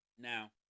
Now